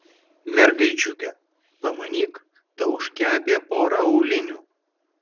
mergaičiukė pamanyk tauškia apie porą aulinių